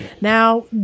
Now